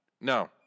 No